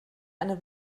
eine